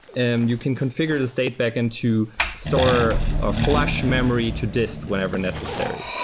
and you can configure the state backend to store a flush memory to disk whenever necessary.